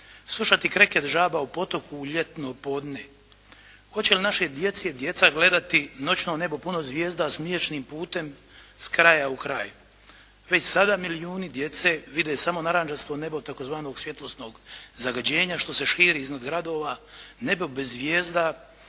slušati kreket žaba u potoku u ljetno podne? Hoće li naše djece djeca gledati noćno nebo puno zvijezda s Mliječnim putem s kraja u kraj? Već sada milijuni djece vide samo narančasto nebo tzv. svjetlosnog zagađenja što se širi iznad gradova, nebo bez zvijezda